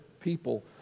people